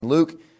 Luke